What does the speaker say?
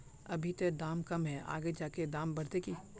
अभी ते दाम कम है आगे जाके दाम बढ़ते की?